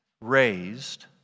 raised